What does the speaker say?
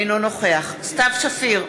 אינו נוכח סתיו שפיר,